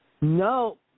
No